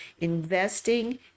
Investing